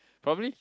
probably